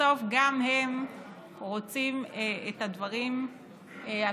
בסוף גם הם רוצים את הדברים הטובים,